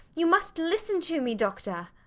you must listen to me, doctor.